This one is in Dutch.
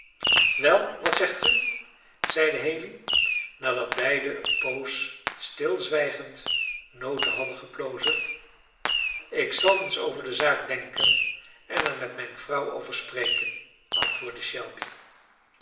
wel wat zegt ge zeide haley nadat beiden eene poos stilzwijgend noten hadden geplozen ik zal eens over de zaak denken en er met mijne vrouw over spreken antwoordde shelby